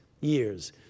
years